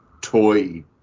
toy